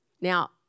Now